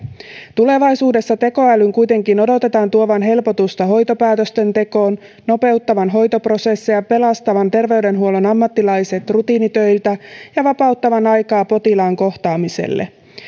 tulevaisuudessa tekoälyn kuitenkin odotetaan tuovan helpotusta hoitopäätösten tekoon nopeuttavan hoitoprosesseja pelastavan terveydenhuollon ammattilaiset rutiinitöiltä ja vapauttavan aikaa potilaan kohtaamiselle